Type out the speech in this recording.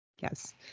Yes